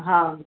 हा